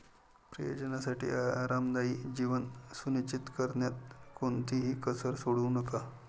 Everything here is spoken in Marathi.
प्रियजनांसाठी आरामदायी जीवन सुनिश्चित करण्यात कोणतीही कसर सोडू नका